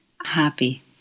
Happy